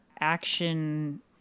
action